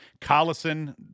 Collison